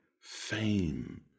fame